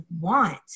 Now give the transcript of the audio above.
want